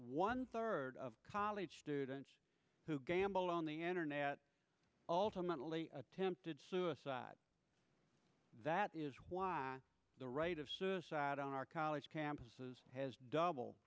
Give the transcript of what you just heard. one third of college students who gamble on the internet ultimately attempted suicide that is why the right of suicide on our college campuses has double